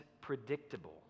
predictable